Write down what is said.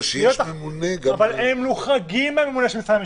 שיש ממונה --- אבל הם מוחרגים מהממונה של משרד המשפטים.